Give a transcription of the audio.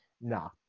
nah